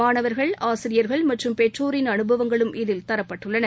மாணவர்கள் ஆசிரியர்கள் மற்றும் பெற்றோரின் அனுபவங்களும் இதில் தரப்பட்டுள்ளன